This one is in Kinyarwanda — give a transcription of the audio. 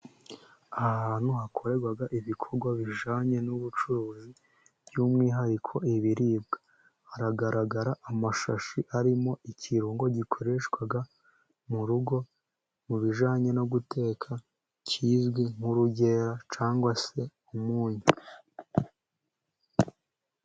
Ahantu hakorerwa ibikorwa bijyanye n'ubucuruzi by'umwihariko ibiribwa, haragaragara amashashi arimo ikirungo gikoreshwa mu rugo mu bijyanye no guteka kizwi nk'urugera cyangwa se umunyu.